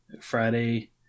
Friday